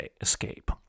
escape